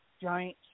giant